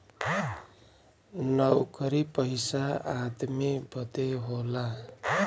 नउकरी पइसा आदमी बदे होला